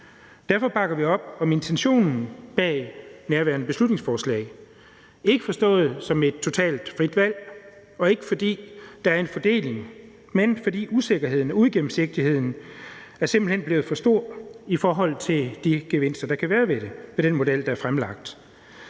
Derfor bakker vi op om intentionen bag nærværende beslutningsforslag – ikke forstået som et totalt frit valg, og ikke fordi der er en fordeling, men fordi usikkerheden og uigennemsigtigheden simpelt hen er blevet for stor i forhold til de gevinster, der kan være ved den model, der er fremlagt.